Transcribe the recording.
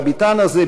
בביתן הזה,